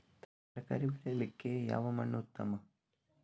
ತರಕಾರಿ ಬೆಳೆಯಲಿಕ್ಕೆ ಯಾವ ಮಣ್ಣು ಉತ್ತಮ?